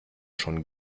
schon